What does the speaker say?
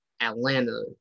Atlanta